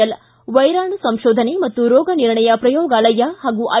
L ವ್ಲೆರಾಣು ಸಂಶೋಧನೆ ಮತ್ತು ರೋಗ ನಿರ್ಣಯ ಪ್ರಯೋಗಾಲಯ ಹಾಗೂ ಐ